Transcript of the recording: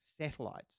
satellites